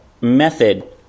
method